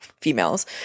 females